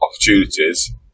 opportunities